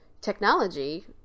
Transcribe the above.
Technology